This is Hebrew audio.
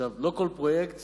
לא כל פרויקט